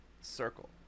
circle